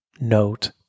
note